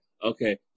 Okay